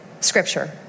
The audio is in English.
scripture